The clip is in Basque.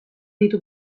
ditu